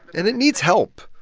and it needs help.